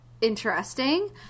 interesting